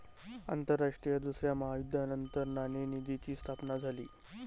आंतरराष्ट्रीय दुसऱ्या महायुद्धानंतर नाणेनिधीची स्थापना झाली